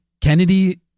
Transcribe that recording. Kennedy